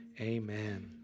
Amen